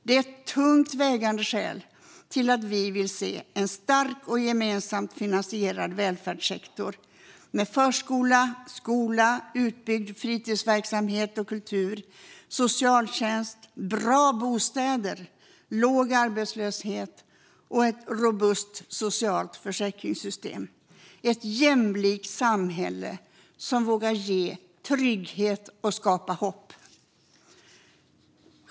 Det är ett tungt vägande skäl till att vi vill se en stark och gemensamt finansierad välfärdssektor med förskola, skola, utbyggd fritidsverksamhet och kultur, socialtjänst, bra bostäder, låg arbetslöshet och ett robust socialt försäkringssystem - ett jämlikt samhälle som vågar ge trygghet och skapa hopp.